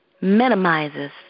minimizes